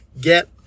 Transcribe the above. Get